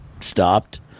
stopped